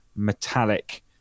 metallic